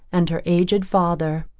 and her aged father.